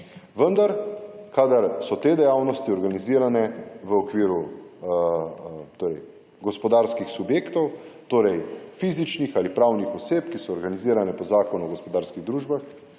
vendar kadar so te dejavnosti organizirane v okviru torej gospodarskih subjektov torej fizičnih ali pravnih oseb, ki so organizirane po Zakonu o gospodarskih družbah